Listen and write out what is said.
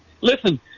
Listen